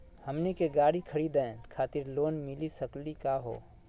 हमनी के गाड़ी खरीदै खातिर लोन मिली सकली का हो?